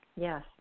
Yes